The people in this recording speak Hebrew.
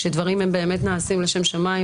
כשדברים באמת נעשים לשם שמיים,